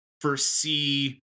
foresee